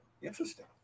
Interesting